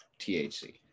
THC